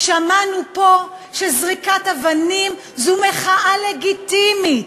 שמענו פה שזריקת אבנים זו מחאה לגיטימית.